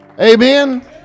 amen